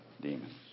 demons